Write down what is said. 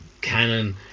canon